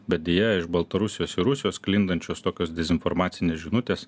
bet deja iš baltarusijos ir rusijos sklindančios tokios dezinformacinės žinutės